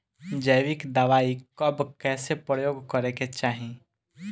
जैविक दवाई कब कैसे प्रयोग करे के चाही?